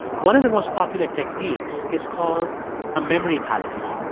one of the most popular techniques is called a memory palace.